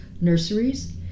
nurseries